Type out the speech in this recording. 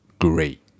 great